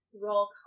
roll